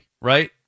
right